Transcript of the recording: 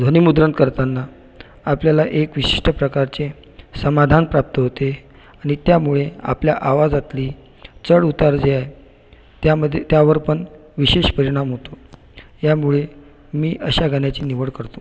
ध्वनिमुद्रण करताना आपल्याला एक विशिष्ट प्रकारचे समाधान प्राप्त होते आणि त्यामुळे आपल्या आवाजातली चढउतार जे आहे त्यामध्ये त्यावर पण विशेष परिणाम होतो यामुळे मी अशा गाण्याची निवड करतो